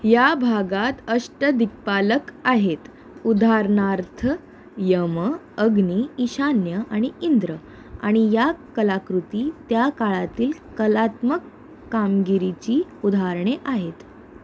या भागात अष्टदिक्पालक आहेत उदाहरणार्थ यम अग्नी इशान्य आणि इंद्र आणि या कलाकृती त्या काळातील कलात्मक कामगिरीची उदाहरणे आहेत